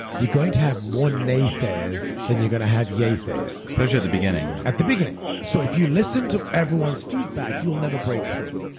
you're going to have more naysayers than you're going to have yay-sayers especially at the beginning, right? at the beginning. so if you listen to everyone's feedback you'll never break through.